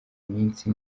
iminsi